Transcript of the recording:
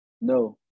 No